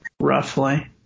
Roughly